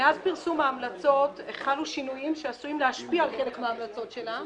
מאז פרסום ההמלצות החלנו שינויים שעשויים להשפיע על חלק מהמלצות שלה.